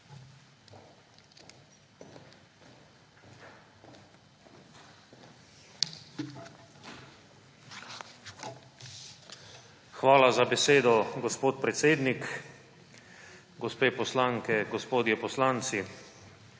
Hvala za besedo, gospod predsednik. Gospe poslanke, gospodje poslanci!